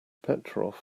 petrov